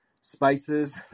spices